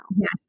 Yes